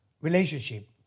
relationship